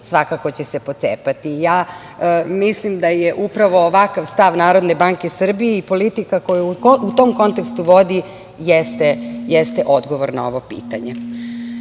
svakako će se pocepati.“ Mislim da je upravo ovakav stav NBS i politika koja u tom kontekstu vodi jeste odgovor na ovo pitanje. Još